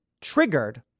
triggered